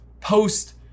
post